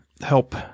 help